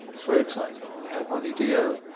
very exciting. we had ronnie dio.